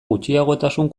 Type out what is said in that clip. gutxiagotasun